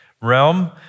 realm